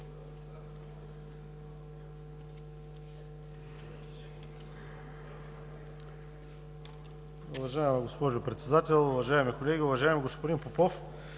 Уважаема госпожо Председател, уважаеми колеги! Уважаеми господин Попов,